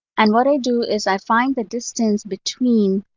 and what i do is i find the distance between